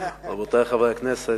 רבותי חברי הכנסת,